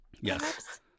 Yes